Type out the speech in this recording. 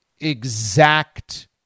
exact